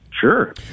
Sure